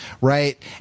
right